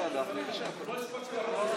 לא הספקתי,